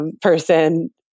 Person